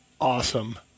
awesome